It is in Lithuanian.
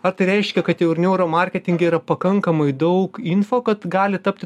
ar tai reiškia kad jau ir neuro marketinge yra pakankamai daug info kad gali tapti